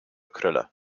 krullen